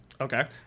Okay